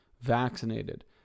vaccinated